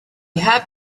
have